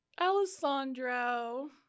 Alessandro